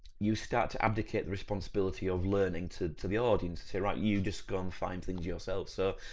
you start to abdicate the responsibility of learning to, to the audience, to say, right you just go and find things yourself so,